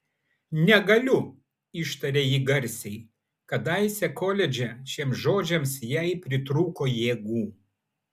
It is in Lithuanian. negaliu ištarė ji garsiai kadaise koledže šiems žodžiams jai pritrūko jėgų